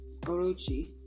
Orochi